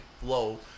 flow